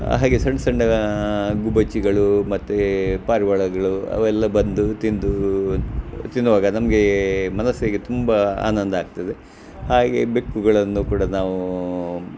ಹಾಗೆ ಸಣ್ಣ ಸಣ್ಣ ಗುಬ್ಬಚ್ಚಿಗಳು ಮತ್ತೆ ಪಾರಿವಾಳಗಳು ಅವೆಲ್ಲ ಬಂದು ತಿಂದು ತಿನ್ನುವಾಗ ನಮ್ಗೆ ಮನಸ್ಸಿಗೆ ತುಂಬ ಆನಂದ ಆಗ್ತದೆ ಹಾಗೆ ಬೆಕ್ಕುಗಳನ್ನು ಕೂಡ ನಾವು